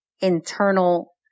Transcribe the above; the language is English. internal